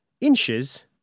inches